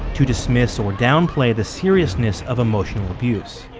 to dismiss or downplay the seriousness of emotional abuse